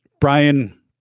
Brian